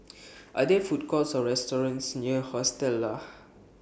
Are There Food Courts Or restaurants near Hostel Lah